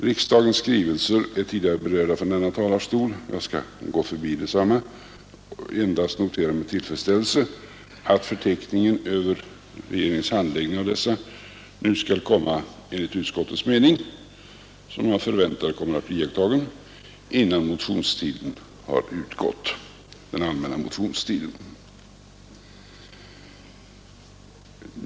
Riksdagens skrivelser är tidigare berörda från denna talarstol, och jag skall gå förbi dem och endast notera med tillfredsställelse att förteckningen över regeringens handläggning av dessa skall komma — enligt utskottets mening, som man förväntar skall bli iakttagen — innan den allmänna motionstiden har utgått.